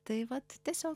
tai vat tiesiog